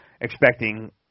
expecting